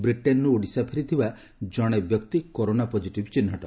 ବ୍ରିଟେନ୍ରୁ ଓଡ଼ିଶା ଫେରିଥିବା ଜଣେ ବ୍ୟକ୍ତି କରୋନା ପଜିଟିଭ୍ ଚିହ୍ନଟ